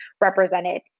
represented